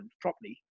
properly